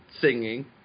singing